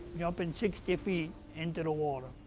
jumping sixty feet into the water.